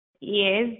Yes